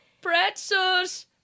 Pretzels